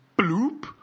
bloop